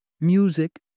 music